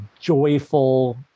joyful